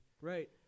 Right